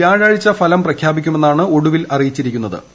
വ്യാഴാഴ്ച ഫലം പ്രഖ്യാപിക്കുമെന്നാണ് ഒടുവിൽ അറിയിച്ചത്